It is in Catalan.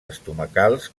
estomacals